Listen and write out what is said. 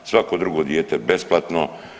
Svako drugo dijete besplatno.